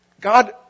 God